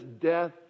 death